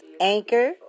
Anchor